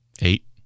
Eight